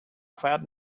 cloud